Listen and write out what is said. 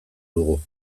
dugu